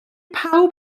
pawb